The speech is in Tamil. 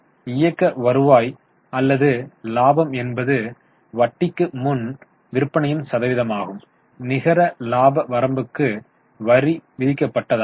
இது இயக்க வருவாய் அல்லது லாபம் என்பது வட்டிக்கு முன் விற்பனையின் சதவீதமாகவும் நிகர லாப வரம்புக்கு வரி விதிக்கப்பட்டதாகும்